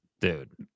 dude